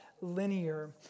linear